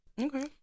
Okay